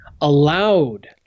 allowed